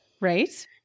Right